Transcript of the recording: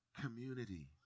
community